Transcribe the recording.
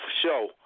show